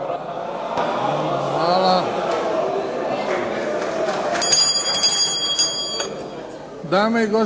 Hvala.